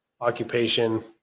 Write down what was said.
occupation